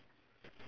okay